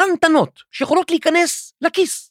‫קטנטנות שיכולות להיכנס לכיס.